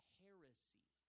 heresy